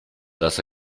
das